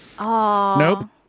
Nope